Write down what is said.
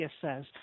says